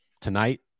tonight